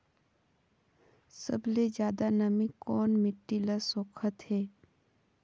सबले ज्यादा नमी कोन मिट्टी ल सोखत हे?